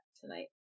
tonight